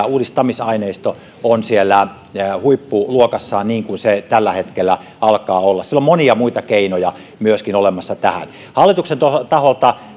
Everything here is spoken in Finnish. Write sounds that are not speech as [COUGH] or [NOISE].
[UNINTELLIGIBLE] uudistamisaineistomme on siellä huippuluokassaan niin kuin se tällä hetkellä alkaa olla siellä on monia muita keinoja myöskin olemassa tähän hallituksen taholta [UNINTELLIGIBLE]